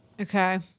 Okay